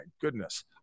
goodness